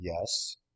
Yes